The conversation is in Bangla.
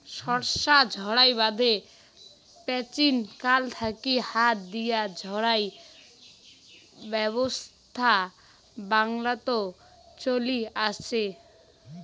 শস্য ঝাড়াই বাদে প্রাচীনকাল থাকি হাত দিয়া ঝাড়াই ব্যবছস্থা বাংলাত চলি আচে